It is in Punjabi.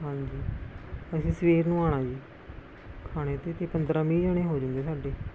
ਹਾਂਜੀ ਅਸੀਂ ਸਵੇਰ ਨੂੰ ਆਉਣਾ ਜੀ ਖਾਣੇ 'ਤੇ ਅਤੇ ਪੰਦਰਾਂ ਵੀਹ ਜਾਣੇ ਹੋ ਜਾਣਗੇ ਸਾਡੇ